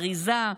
אריזה,